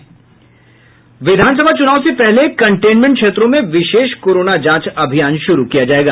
विधानसभा चूनावों से पहले कंटेन्मेंट क्षेत्रों में विशेष कोरोना जांच अभियान शुरू किया जाएगा